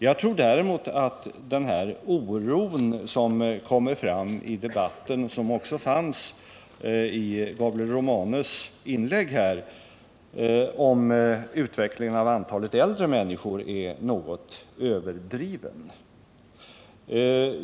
Jag tror däremot att den oro som kommer fram i debatten — och som också fanns i Gabriel Romanus inlägg — om utvecklingen av antalet äldre människor är något överdriven.